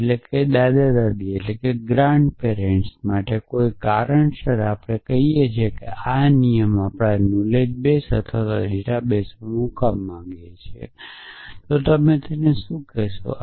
એટલે દાદા દાદી માટે કોઈ કારણોસર આપણે કહીએ કે આપણે આ નિયમને આપણા નોલેજ બેસ અથવાડેટાબેઝ માં મૂકવા માંગીએ છીએ તમે તેને શું કહેવા માંગો છો